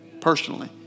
personally